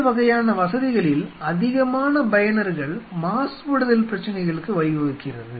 இந்த வகையான வசதிகளில் அதிகமான பயனர்கள் மாசுபடுதல் பிரச்சனைகளுக்கு வழிவகுக்கிறது